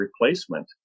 replacement